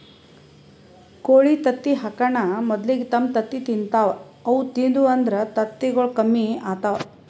ಕೋಳಿ ತತ್ತಿ ಹಾಕಾನ್ ಮೊದಲಿಗೆ ತಮ್ ತತ್ತಿ ತಿಂತಾವ್ ಅವು ತಿಂದು ಅಂದ್ರ ತತ್ತಿಗೊಳ್ ಕಮ್ಮಿ ಆತವ್